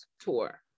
tour